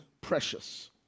precious